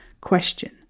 question